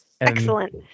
Excellent